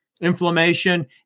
inflammation